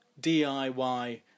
DIY